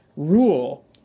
Rule